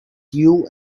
queue